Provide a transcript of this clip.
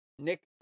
Nick